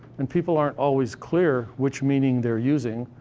and people aren't always clear which meaning they're using,